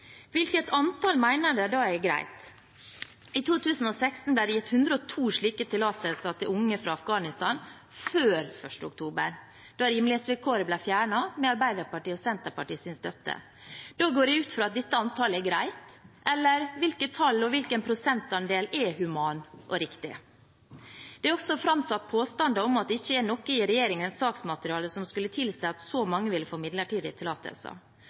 Hvilket antall mener en da er greit? I 2016 ble det gitt 102 slike tillatelser til unge fra Afghanistan før 1. oktober, da rimelighetsvilkåret ble fjernet med Arbeiderpartiets og Senterpartiets støtte. Da går jeg ut fra at dette antallet er greit – eller hvilket tall og hvilken prosentandel er humant og riktig? Det er også framsatt påstander om at det ikke er noe i regjeringens saksmateriale som skulle tilsi at så mange ville få midlertidig tillatelse.